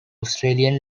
australian